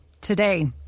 today